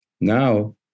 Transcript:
now